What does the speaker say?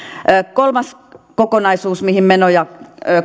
kolmas kokonaisuus mihin menoja